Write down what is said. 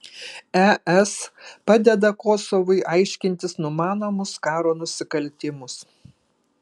es padeda kosovui aiškintis numanomus karo nusikaltimus